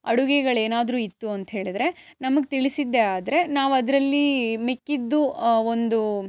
ಅಡುಗೆಗಳೇನಾದರೂ ಇತ್ತು ಅಂತ ಹೇಳಿದ್ರೆ ನಮಗೆ ತಿಳಿಸಿದ್ದೇ ಆದರೆ ನಾವು ಅದರಲ್ಲಿ ಮಿಕ್ಕಿದ್ದು ಒಂದು